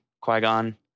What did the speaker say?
Qui-Gon